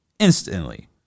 Instantly